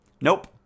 Nope